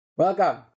Welcome